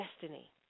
destiny